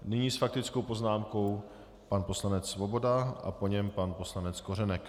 Nyní s faktickou poznámkou pan poslanec Svoboda a po něm pan poslanec Kořenek.